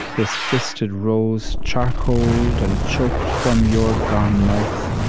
this fisted rose, charcoaled and choked from your gone mouth.